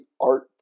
art